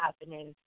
happening